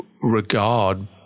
regard